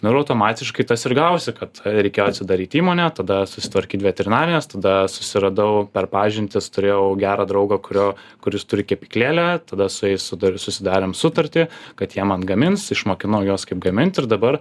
nu ir automatiškai tas ir gavosi kad reikėjo atsidaryt įmonę tada susitvarkyt veterinarines tada susiradau per pažintis turėjau gerą draugą kurio kuris turi kepyklėlę tada su jais sudar susidarėm sutartį kad jie man gamins išmokinau juos kaip gamint ir dabar